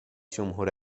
جمهور